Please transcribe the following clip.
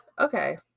Okay